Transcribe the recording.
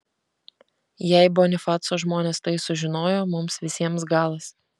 jei bonifaco žmonės tai sužinojo mums visiems galas